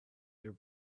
their